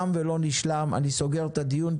תם ולא נשלם, אני סוגר את הדיון.